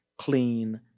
clean,